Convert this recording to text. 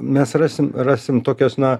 mes rasim rasim tokias na